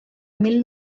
mil